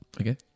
Okay